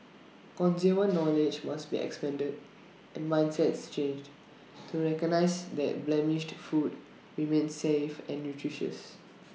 consumer knowledge must be expanded and mindsets changed to recognise that blemished food remains safe and nutritious